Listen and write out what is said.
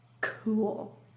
Cool